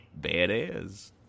Badass